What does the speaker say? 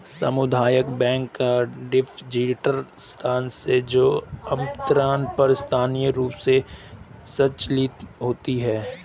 सामुदायिक बैंक एक डिपॉजिटरी संस्था है जो आमतौर पर स्थानीय रूप से संचालित होती है